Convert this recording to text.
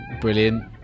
Brilliant